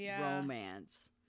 romance